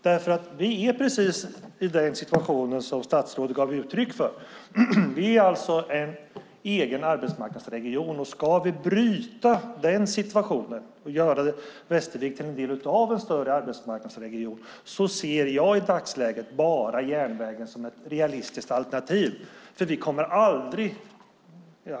Vi är ju i precis den situation som statsrådet gav uttryck för: Vi är en egen arbetsmarknadsregion. Om vi ska bryta den situationen och göra Västervik till en del av en större arbetsmarknadsregion ser jag i dagsläget järnvägen som det enda realistiska alternativet.